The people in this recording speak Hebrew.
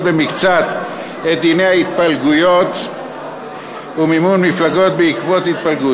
במקצת את דיני ההתפלגויות ומימון מפלגות בעקבות התפלגות.